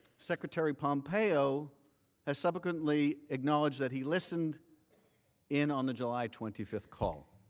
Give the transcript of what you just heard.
secretary pompeo has subsequently acknowledged that he listened in on the july twenty fifth call.